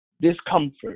discomfort